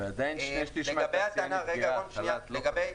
ועדיין שני שליש מהתעשייה נפגעה, חל"ת, לא חל"ת.